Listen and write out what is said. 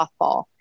softball